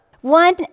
One